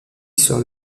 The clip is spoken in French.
sur